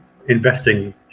Investing